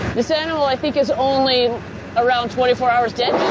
this animal, i think, is only around twenty four hours dead.